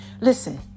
Listen